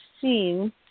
seen